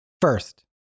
First